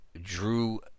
drew